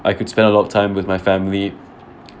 I could spend a lot of time with my family